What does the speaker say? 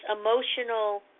emotional